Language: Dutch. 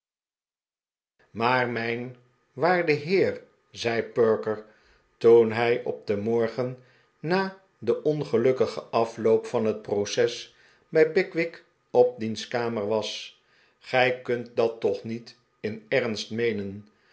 maar mijn waarde heer zei perker toen hij op den morgen na den ongelukkigen afloop van het proces bij pickwick op diens kamer was gij kunt dat toch niet in ernst meenen